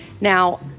Now